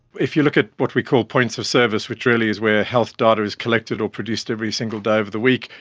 if you look at what we call points of service, which really is where health data is collected or produced every single day of of the week,